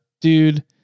dude